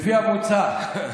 לפי המוצע,